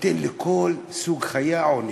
ניתן לכל סוג חיה עונש.